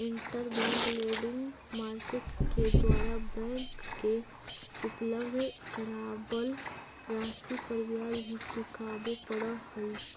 interbank lending market के द्वारा bank के उपलब्ध करावल राशि पर ब्याज भी चुकावे पड़ऽ हइ